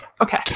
Okay